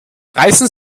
reißen